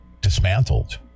dismantled